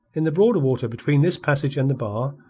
in the broader water between this passage and the bar,